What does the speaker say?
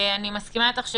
אני מסכימה איתך,